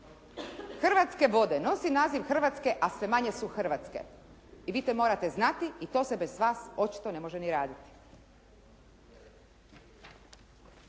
Hrvatske vode nosi naziv hrvatske, a sve manje su hrvatske. I vi to morate znati i to se bez vas očito ne može ni raditi.